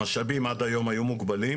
המשאבים עד היום היו מוגבלים,